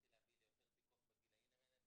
להתחיל להביא ליותר פיקוח בגילאים האלה.